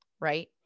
right